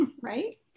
right